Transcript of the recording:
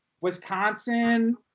Wisconsin